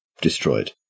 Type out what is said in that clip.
destroyed